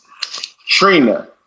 Trina